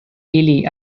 ili